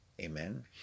Amen